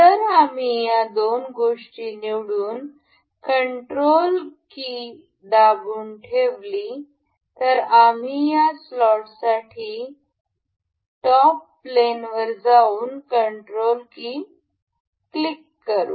जर आम्ही या दोन गोष्टी निवडून कंट्रोल की दाबून ठेवली तर आम्ही या स्लॉटसाठी टॉप प्लेनवर जाऊन कंट्रोल कि क्लिक करू